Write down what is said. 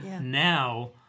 Now